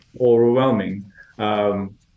overwhelming